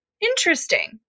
interesting